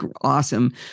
awesome